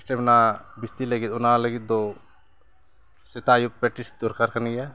stamina ᱨᱮᱱᱟᱜ ᱵᱤᱥᱤ ᱞᱟᱹᱜᱤᱫ ᱚᱱᱟ ᱞᱟᱹᱜᱤᱫ ᱫᱚ ᱥᱮᱛᱟᱜ ᱟᱹᱭᱩᱵ ᱯᱨᱮᱠᱴᱤᱥ ᱫᱚᱨᱠᱟᱨ ᱠᱟᱱ ᱜᱮᱭᱟ